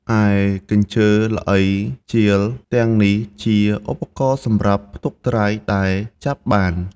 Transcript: រីឯកញ្ជើ ល្អី ជាល ទាំងនេះជាឧបករណ៍សម្រាប់ផ្ទុកត្រីដែលចាប់បាន។